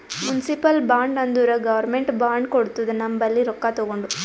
municipal bond ಅಂದುರ್ government bond ಕೊಡ್ತುದ ನಮ್ ಬಲ್ಲಿ ರೊಕ್ಕಾ ತಗೊಂಡು